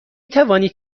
توانید